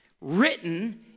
written